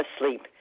asleep